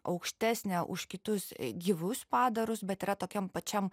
aukštesnė už kitus gyvus padarus bet yra tokiam pačiam